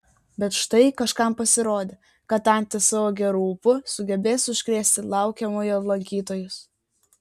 bet štai kažkam pasirodė kad antys savo geru ūpu sugebės užkrėsti laukiamojo lankytojus